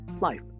life